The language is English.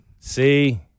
See